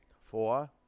four